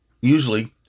Usually